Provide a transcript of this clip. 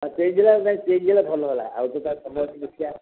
ହଁ ସେଇଜଲାଇ ସେ ଜଲାଲେ ଭଲ ହେଲା ଆଉ ଏବେ ତା' ସମୟରେ ଦେଖିଆ